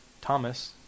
Thomas